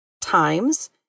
times